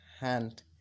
hand